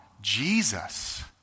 Jesus